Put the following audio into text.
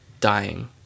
dying